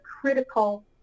critical